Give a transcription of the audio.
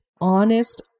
honest